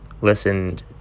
listened